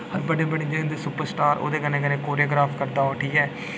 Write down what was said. हर बड्डे बड्डे जेह्ड़े उं'दे सुपरस्टार ओह्दे कन्नै कन्नै कोरियोग्राफ करदा ओह् ठीक ऐ